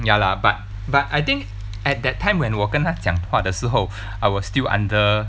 ya lah but but I think at that time when 我跟他讲话的时候 I will still under